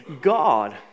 God